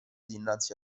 dinanzi